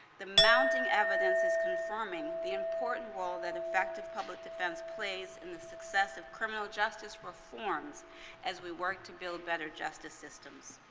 the mounting evidence is confirming the important role that effective public defense plays in the success of criminal justice reforms as we work to build better justice systems.